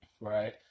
right